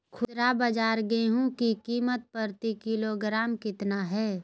खुदरा बाजार गेंहू की कीमत प्रति किलोग्राम कितना है?